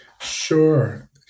Sure